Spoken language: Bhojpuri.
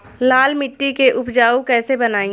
लाल मिट्टी के उपजाऊ कैसे बनाई?